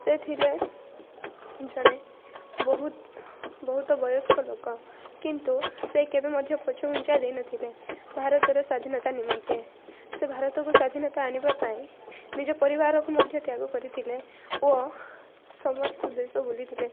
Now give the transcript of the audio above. ସେ ଥିଲେ ଜଣେ ବହୁତ ବହୁତ ବୟସ୍କ ଲୋକ କିନ୍ତୁ ସେ କେବେ ମଧ୍ୟ ପଛଘୁଞ୍ଚା ଦେଇନଥିଲେ ଭାରତର ସ୍ୱାଧୀନତା ନିମନ୍ତେ ସେ ଭାରତକୁ ସ୍ୱାଧୀନତା ଆଣିବା ପାଇଁ ନିଜ ପରିବାରକୁ ମଧ୍ୟ ତ୍ୟାଗ କରିଥିଲେ ଓ ସମସ୍ତ ଦେଶ ବୁଲିଥିଲେ